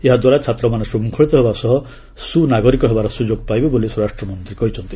ଏହା ଦ୍ୱାରା ଛାତ୍ରମାନେ ଶୃଙ୍ଖଳିତ ହେବା ସହ ସୁନାଗରିକ ହେବାର ସୁଯୋଗ ପାଇବେ ବୋଲି ସ୍ୱରାଷ୍ଟ୍ରମନ୍ତ୍ରୀ କହିଛନ୍ତି